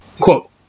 quote